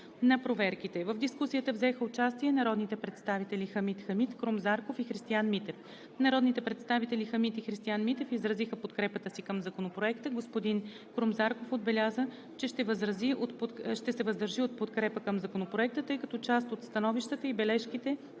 на проверките. В дискусията взеха участие народните представители Хамид Хамид, Крум Зарков и Христиан Митев. Народните представители Хамид и Христиан Митев изразиха подкрепата си към Законопроекта. Господин Крум Зарков отбеляза, че ще се въздържи от подкрепа към Законопроекта, тъй като част от становищата и бележките,